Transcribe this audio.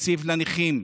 תקציב לנכים.